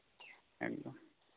ᱮᱠᱫᱚᱢ